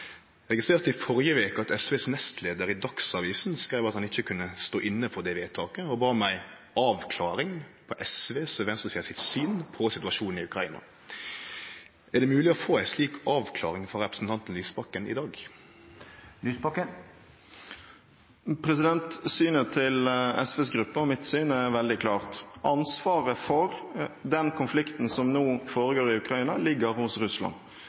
Eg registrerte i førre veke at SVs nestleiar i Dagsavisen skreiv at han ikkje kunne stå inne for det vedtaket og bad om ei avklaring av SVs og venstresida sitt syn på situasjonen i Ukraina. Er det mogleg å få ei slik avklaring frå representanten Lysbakken i dag? Synet til SVs gruppe og mitt syn er veldig klart: Ansvaret for den konflikten som nå foregår i Ukraina, ligger hos Russland.